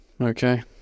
Okay